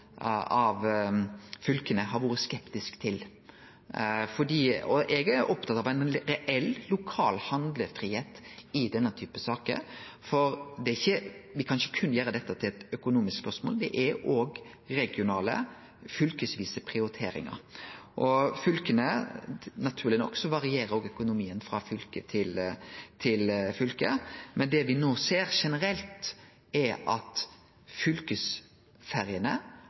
fylka har vore skeptisk til, og eg er opptatt av ein reell lokal handlefridom i denne typen saker, for me kan ikkje berre gjere dette til eit økonomisk spørsmål. Det er òg regionale, fylkesvise prioriteringar. Naturleg nok varierer òg økonomien frå fylke til fylke, men det me ser generelt, er at fylkesferjene